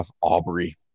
Aubrey